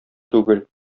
түгел